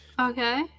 Okay